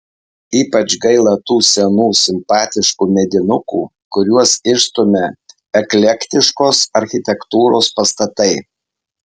ypač gaila tų senų simpatiškų medinukų kuriuos išstumia eklektiškos architektūros pastatai